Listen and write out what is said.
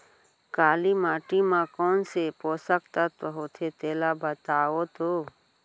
काली माटी म कोन से पोसक तत्व होथे तेला बताओ तो?